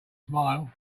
smile